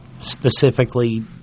specifically